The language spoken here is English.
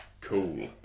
cool